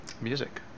music